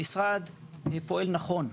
המשרד פועל נכון,